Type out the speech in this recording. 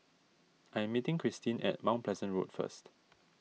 I am meeting Cristine at Mount Pleasant Road first